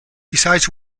besides